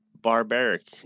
Barbaric